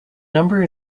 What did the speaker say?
number